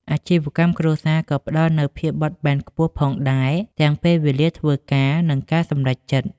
អាជីវកម្មគ្រួសារក៏ផ្ដល់នូវភាពបត់បែនខ្ពស់ផងដែរ ទាំងពេលវេលាធ្វើការ និងការសម្រេចចិត្ត។